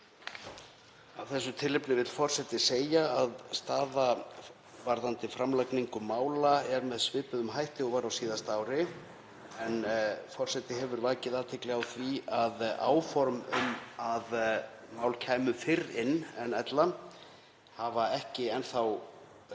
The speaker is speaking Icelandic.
þessu tilefni vill forseti segja að staða varðandi framlagningu mála er með svipuðum hætti og var á síðasta ári en forseti hefur vakið athygli á því að áform um að mál kæmu fyrr inn en ella hafa ekki enn þá